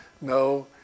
No